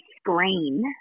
screen